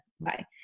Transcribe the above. bye